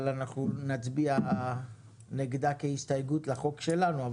אבל אנחנו נצביע נגדה כהסתייגות לחוק שלנו,